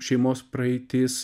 šeimos praeitis